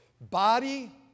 body